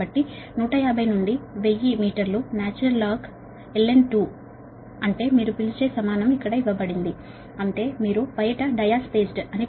కాబట్టి 150 నుండి 1000 మీటర్ల నాచురల్ లాగ్ ln 2 అంటే మీరు పిలిచే సమానం ఇక్కడ ఇవ్వబడింది అంటే మీరు బయట డయా స్పేస్డ్ అని పిలుస్తారు